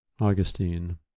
Augustine